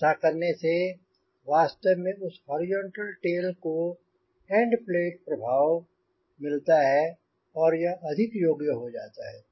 ऐसा करने से वास्तव में उस हॉरिजॉन्टल टेल को एंड प्लेट प्रभाव मिलता है और यह अधिक योग्य हो जाता है